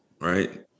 right